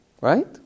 Right